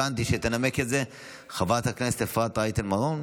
הבנתי שתנמק את זה חברת הכנסת אפרת רייטן מרום,